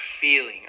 feeling